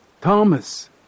Thomas